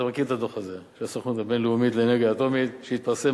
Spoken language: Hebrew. אתה מכיר את הדוח הזה של הסוכנות הבין-לאומית לאנרגיה אטומית שהתפרסם,